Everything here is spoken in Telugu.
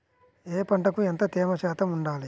ఏ పంటకు ఎంత తేమ శాతం ఉండాలి?